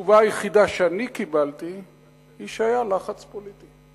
התשובה היחידה שאני קיבלתי היא שהיה לחץ פוליטי.